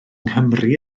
nghymru